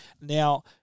Now